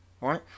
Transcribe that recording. right